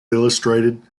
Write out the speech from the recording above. illustrated